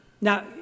Now